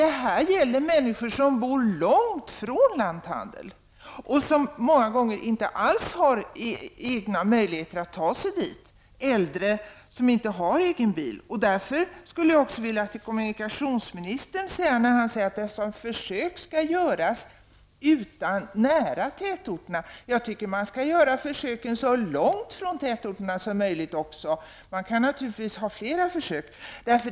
Men här gäller det människor som bor långt från en lanthandel och som många gånger inte har möjlighet att själva ta sig dit. Det gäller t.ex. äldre som inte har egen bil. Kommunikationsministern säger att försök skall göras nära tätorterna. Men jag tycker att försök skall göras också så långt från tätorterna som möjligt. Naturligtvis kan flera försök göras.